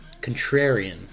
Contrarian